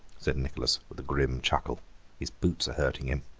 said nicholas with a grim chuckle his boots are hurting him.